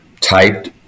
typed